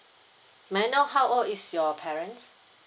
may I know how old is your parents